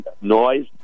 noise